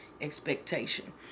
expectation